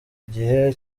igihe